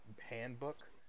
handbook